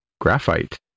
graphite